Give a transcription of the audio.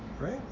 Right